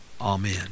amen